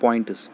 points